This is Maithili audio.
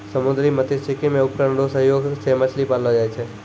समुन्द्री मत्स्यिकी मे उपकरण रो सहयोग से मछली पाललो जाय छै